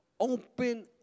Open